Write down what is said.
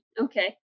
okay